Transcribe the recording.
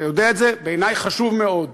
אתה יודע את זה, בעיני חשוב מאוד,